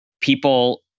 people